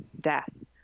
death